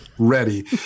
Ready